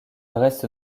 reste